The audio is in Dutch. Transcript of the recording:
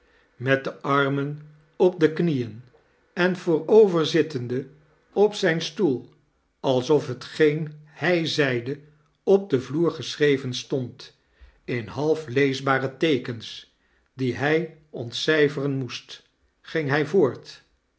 met de armen op de knieen en voorovierzittende op zijn stoel alsof hetgeen hij zeide op den vloer geschreven stond in halfleesbare teekens die hij ontcijferen moest ging hij voort